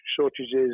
shortages